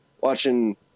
watching